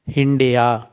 India